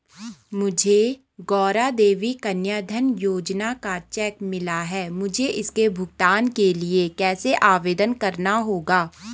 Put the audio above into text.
मुझे गौरा देवी कन्या धन योजना का चेक मिला है मुझे इसके भुगतान के लिए कैसे आवेदन करना होगा?